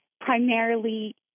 primarily